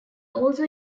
also